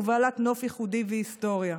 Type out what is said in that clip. בעלת נוף ייחודי והיסטוריה.